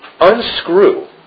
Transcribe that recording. unscrew